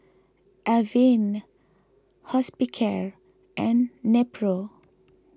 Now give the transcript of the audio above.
Avene Hospicare and Nepro